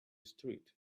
street